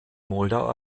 moldau